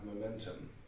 momentum